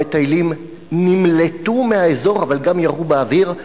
המטיילים נמלטו מהאזור אבל גם ירו באוויר.